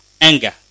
Anger